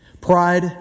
Pride